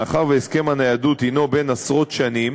מאחר שהסכם הניידות הוא בן עשרות שנים,